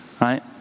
right